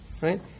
right